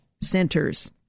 centers